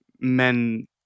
men